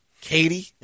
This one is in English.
Katie